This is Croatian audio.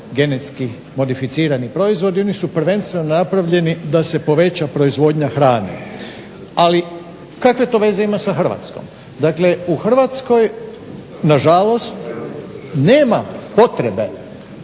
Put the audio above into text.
genetski modificirani proizvodi, oni su prvenstveno napravljeni da se poveća proizvodnja hrane. Ali kakve to veze ima sa Hrvatskom? Dakle u Hrvatskoj nažalost nema potrebe